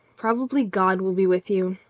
probably god will be with you.